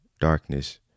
darkness